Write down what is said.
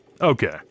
Okay